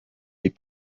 les